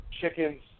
chickens